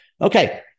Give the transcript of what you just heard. Okay